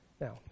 Now